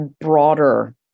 broader